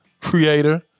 creator